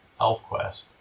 Elfquest